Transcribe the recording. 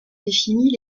définit